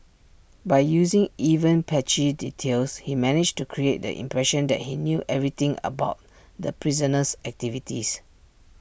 by using even patchy details he managed to create the impression that he knew everything about the prisoner's activities